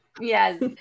yes